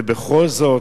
ובכל זאת,